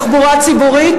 "תחבורה ציבורית?